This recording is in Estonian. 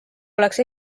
oleks